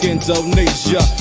Indonesia